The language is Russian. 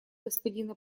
господина